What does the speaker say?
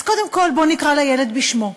אז קודם כול, בואו נקרא לילד בשמו: